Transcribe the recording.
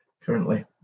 currently